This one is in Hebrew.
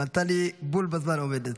אבל טלי תמיד עומדת